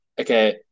Okay